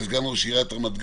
הבנתי.